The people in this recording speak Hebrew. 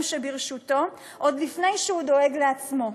שברשותו עוד לפני שהוא דואג לעצמו.